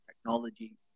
technology